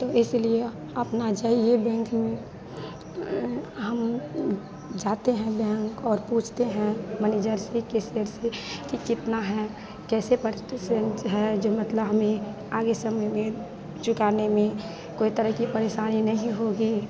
तो इसलिए अपना जइए बैंक में हम जाते हैं बैंक और पूछते हैं मनेजर से केसियर से कि कितना है कैसे परटेसेंज है जो मतलब हमें आगे समय में चुकाने में कोई तरह की परेशानी नहीं होगी